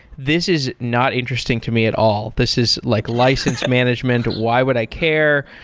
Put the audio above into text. this is not interesting to me at all. this is like licensing management. why would i care?